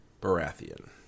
Baratheon